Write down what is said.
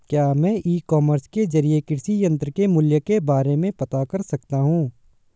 क्या मैं e commerce के ज़रिए कृषि यंत्र के मूल्य के बारे में पता कर सकता हूँ?